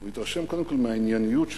התרשם קודם כול מהענייניות שלו,